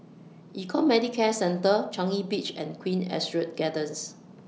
Econ Medicare Centre Changi Beach and Queen Astrid Gardens